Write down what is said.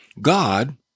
God